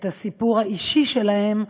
את הסיפור האישי שלהם,